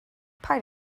paid